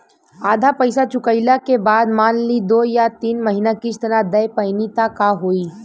आधा पईसा चुकइला के बाद मान ली दो या तीन महिना किश्त ना दे पैनी त का होई?